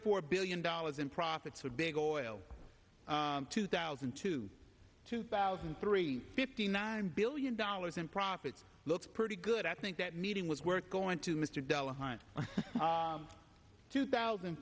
four billion dollars in profits for big oil two thousand to two thousand three fifty nine billion dollars in profits looks pretty good i think that meeting was worth going to mr delahunt two thousand